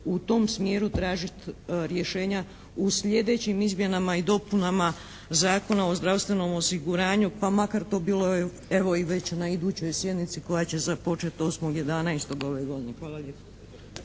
u tom smjeru tražiti rješenja u sljedećim izmjenama i dopunama Zakona o zdravstvenom osiguranju pa makar to bilo evo i već na idućoj sjednici koja će započeti 8.11.